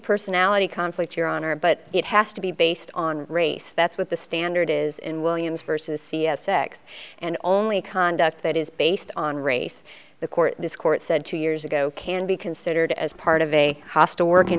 personality conflict your honor but it has to be based on race that's what the standard is in williams versus c s x and only conduct that is based on race the court this court said two years ago can be considered as part of a hostile work